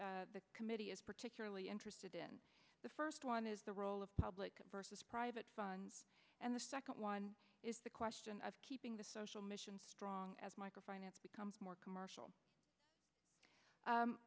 that the committee is particularly interested in the first one is the role of public versus private funds and the second one is the question of keeping the social mission strong as micro finance becomes more commercial